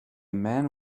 man